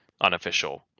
unofficial